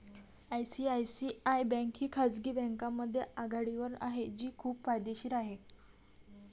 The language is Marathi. आय.सी.आय.सी.आय बँक ही खाजगी बँकांमध्ये आघाडीवर आहे जी खूप फायदेशीर आहे